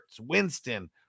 Winston